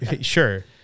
Sure